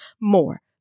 more